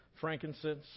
frankincense